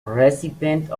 recipient